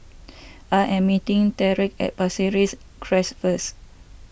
I am meeting Tyrek at Pasir Ris Crest first